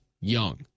young